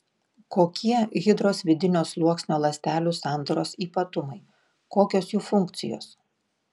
kokie hidros vidinio sluoksnio ląstelių sandaros ypatumai kokios jų funkcijos